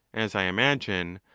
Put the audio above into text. as i imagine,